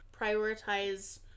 prioritize